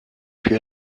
puis